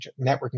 networking